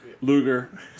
Luger